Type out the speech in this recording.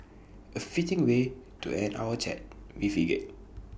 A fitting way to end our chat we figured